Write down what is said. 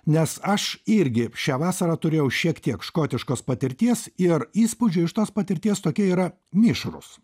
nes aš irgi šią vasarą turėjau šiek tiek škotiškos patirties ir įspūdžių iš tos patirties tokie yra mišrūs